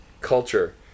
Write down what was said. culture